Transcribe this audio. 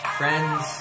friends